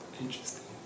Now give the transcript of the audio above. Interesting